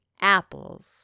Apples